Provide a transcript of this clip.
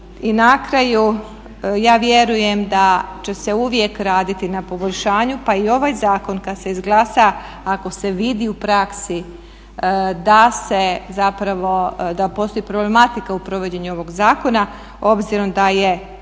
I na kraju ja vjerujem da će se uvijek raditi na poboljšanju pa i ovaj zakon kad se izglasa ako se vidi u praksi da se zapravo, da postoji problematika u provođenju ovog zakona, obzirom da je,